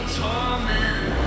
torment